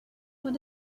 what